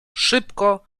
szybko